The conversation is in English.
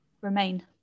remain